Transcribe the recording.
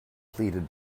pleaded